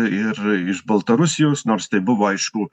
ir iš baltarusijos nors tai buvo aišku